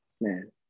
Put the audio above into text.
man